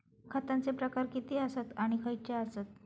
खतांचे प्रकार किती आसत आणि खैचे आसत?